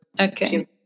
okay